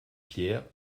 pierre